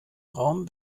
raum